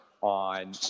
on